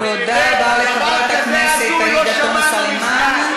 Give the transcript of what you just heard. תודה רבה לחברת הכנסת עאידה תומא סלימאן.